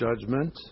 judgment